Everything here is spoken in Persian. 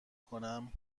کنم